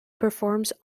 performs